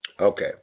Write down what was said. Okay